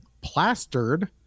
plastered